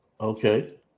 Okay